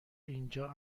اینجا